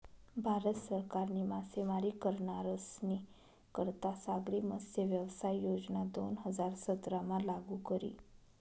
भारत सरकारनी मासेमारी करनारस्नी करता सागरी मत्स्यव्यवसाय योजना दोन हजार सतरामा लागू करी